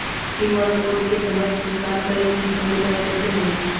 QR code के तहद भुगतान करके हम फोन रिचार्ज कैसे होई?